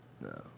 No